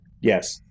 Yes